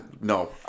no